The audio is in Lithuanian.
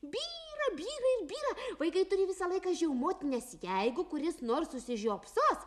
byra byra byra vaikai turi visą laiką žiaumoti nes jeigu kuris nors užsižiopsos